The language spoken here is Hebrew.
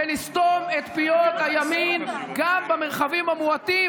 ולסתום את פיות הימין גם במרחבים המועטים